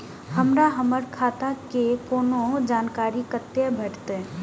हमरा हमर खाता के कोनो जानकारी कते भेटतै